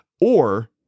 Or-